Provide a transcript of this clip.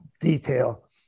detail